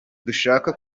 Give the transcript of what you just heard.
dushaka